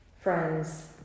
Friends